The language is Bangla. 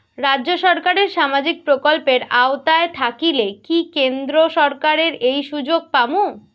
রাজ্য সরকারের সামাজিক প্রকল্পের আওতায় থাকিলে কি কেন্দ্র সরকারের ওই সুযোগ পামু?